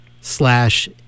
slash